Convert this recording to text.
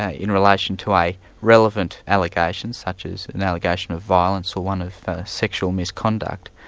ah in relation to a relevant allegation such as an allegation of violence or one of sexual misconduct,